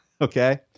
okay